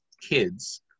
kids